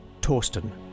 Torsten